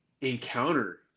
encounter